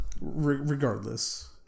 regardless